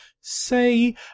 say